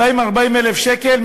240,000 שקל.